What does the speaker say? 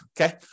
okay